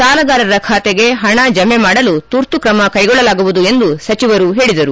ಸಾಲಗಾರರ ಖಾತೆಗೆ ಪಣ ಜಮೆ ಮಾಡಲು ತುರ್ತು ಕ್ರಮ ಕ್ಷೆಗೊಳ್ದಲಾಗುವುದು ಎಂದು ಸಚಿವರು ಹೇಳಿದರು